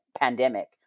Pandemic